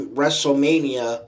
WrestleMania